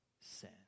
sin